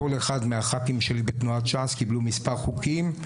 כל אחד מהח"כים שלי בתנועת ש"ס קיבלו כמה חוקים,